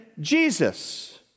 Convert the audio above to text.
Jesus